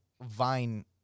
vine